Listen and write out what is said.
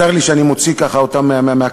צר לי שאני ככה מוציא אותם מהקברים,